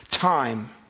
Time